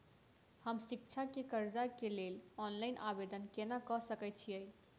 हम शिक्षा केँ कर्जा केँ लेल ऑनलाइन आवेदन केना करऽ सकल छीयै?